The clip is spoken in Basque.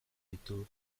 ditu